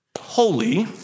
holy